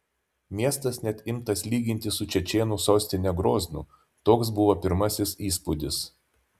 miestas net imtas lyginti su čečėnų sostine groznu toks buvo pirmasis įspūdis